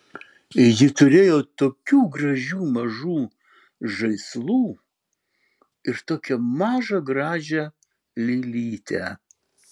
ji turėjo tokių gražių mažų žaislų ir tokią mažą gražią lėlytę